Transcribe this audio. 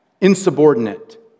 insubordinate